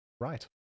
right